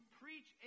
preach